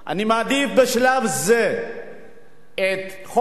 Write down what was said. אני מעדיף בשלב זה את חופש